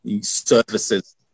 services